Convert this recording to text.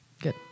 Good